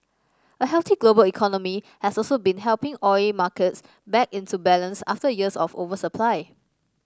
a healthy global economy has also been helping oil markets back into balance after years of oversupply